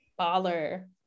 baller